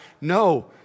No